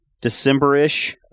December-ish